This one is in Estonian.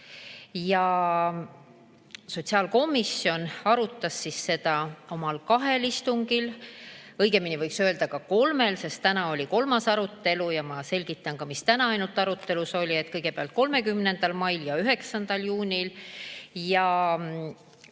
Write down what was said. ja sotsiaalkomisjon arutas seda eelnõu oma kahel istungil, õigemini võiks öelda ka kolmel, sest täna oli kolmas arutelu. Ja ma selgitan ka, mis täna ainult arutelus oli. Kõigepealt oli arutelu 30. mail ja